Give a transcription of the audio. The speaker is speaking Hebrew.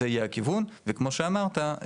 זה יהיה הכיוון וכמו שאמרת,